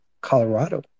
Colorado